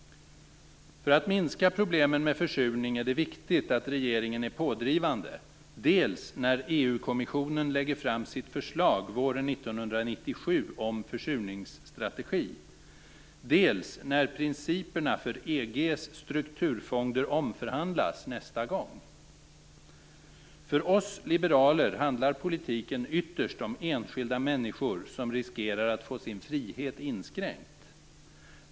För att minska problemen med försurning är det viktigt att regeringen är pådrivande dels när EU kommissionen våren 1997 lägger fram sitt förslag om en försurningsstrategi, dels när principerna för EG:s strukturfonder omförhandlas nästa gång. För oss liberaler handlar politiken ytterst om enskilda människor som riskerar att få sin frihet inskränkt.